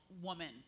woman